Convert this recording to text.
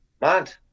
mad